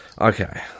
Okay